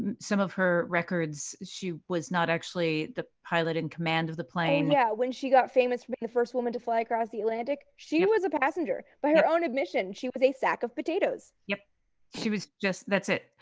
and some of her records, she was not actually the pilot in command of the plane. yeah, when she got famous for being the first woman to fly across the atlantic, she and was a passenger. by her own admission, she was a sack of potatoes. yeah she was just that's it.